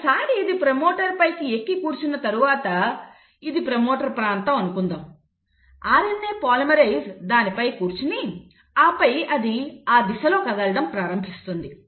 ఒకసారి ఇది ప్రమోటర్ పైకి ఎక్కి కూర్చున్న తర్వాత ఇది ప్రమోటర్ ప్రాంతం అని అనుకుందాం RNA పాలిమరేస్ దానిపై కూర్చుని ఆపై అది ఆ దిశలో కదలడం ప్రారంభిస్తుంది